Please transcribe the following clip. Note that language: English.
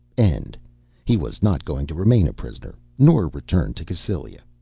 end he was not going to remain a prisoner nor return to cassylia.